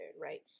right